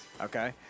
Okay